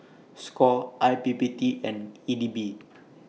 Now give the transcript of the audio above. SCORE I P P T and E D B